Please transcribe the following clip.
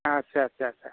आच्चा आच्चा आच्चा